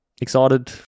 excited